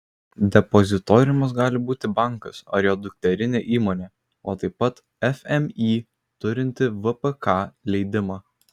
depozitoriumas gali būti bankas ar jo dukterinė įmonė o taip pat fmį turinti vpk leidimą